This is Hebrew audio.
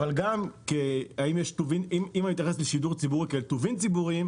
אבל גם אם אני מתייחס לשידור ציבורי כאל טובין ציבורי,